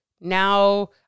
now